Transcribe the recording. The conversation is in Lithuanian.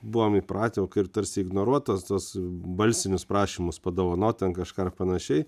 buvom įpratę jau kai ir tarsi ignoruot tas tuos balsinius prašymus padovanot ten kažką ar panašiai